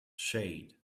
shade